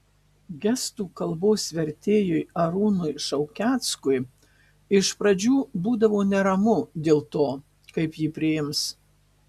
gestų kalbos vertėjui arūnui šaukeckui iš pradžių būdavo neramu dėl to kaip jį priims